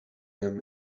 them